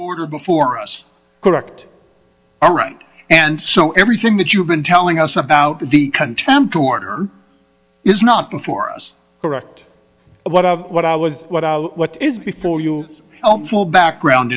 order before us correct all right and so everything that you've been telling us about the contempt order is not before us correct what of what i was what what is before you helpful background